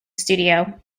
studio